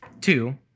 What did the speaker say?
Two